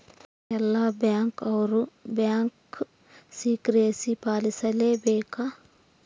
ಎಲ್ಲ ಬ್ಯಾಂಕ್ ಅವ್ರು bank secrecy ಪಾಲಿಸಲೇ ಬೇಕ